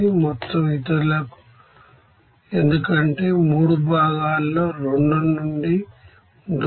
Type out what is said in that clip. మొత్తం ఇతరులకు ఎందుకంటే 3 భాగాలలో 2 నుండి ఉంటుంది